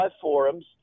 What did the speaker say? forums